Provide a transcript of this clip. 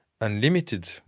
unlimited